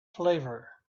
flavor